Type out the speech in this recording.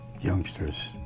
youngsters